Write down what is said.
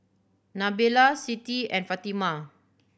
Nabila Siti and Fatimah